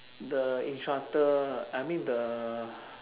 the instructor I mean the